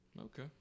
Okay